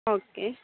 okay